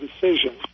decision